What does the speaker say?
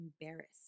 embarrassed